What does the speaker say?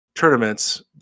tournaments